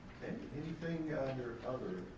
anything under other